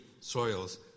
soils